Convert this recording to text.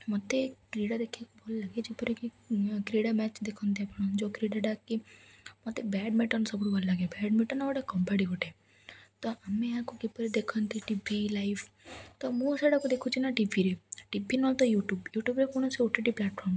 ମୋତେ କ୍ରୀଡ଼ା ଦେଖିବାକୁ ଭଲ ଲାଗେ ଯେପରି କି କ୍ରୀଡ଼ା ମ୍ୟାଚ୍ ଦେଖନ୍ତି ଆପଣ ଯେଉଁ କ୍ରୀଡ଼ାଟା କି ମୋତେ ବ୍ୟାଡ଼ମିଣ୍ଟନ୍ ସବୁଠୁ ଭଲ ଲାଗେ ବ୍ୟାଡ଼ମିଣ୍ଟନ୍ ଗୋଟେ କବାଡ଼ି ଗୋଟେ ତ ଆମେ ଏହାକୁ କିପରି ଦେଖନ୍ତି ଟି ଭି ଲାଇଭ୍ ତ ମୁଁ ସେଇଟାକୁ ଦେଖୁଛି ନା ଟିଭିରେ ଟି ଭି ନହେଲେ ତ ୟୁଟ୍ୟୁବ ୟୁଟ୍ୟୁବରେ କୌଣସି ଓ ଟି ଟି ପ୍ଲାଟଫର୍ମରେ